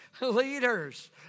leaders